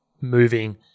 moving